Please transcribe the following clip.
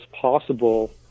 possible